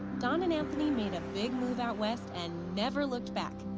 dawn and anthony made a big move out west and never looked back.